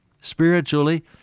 spiritually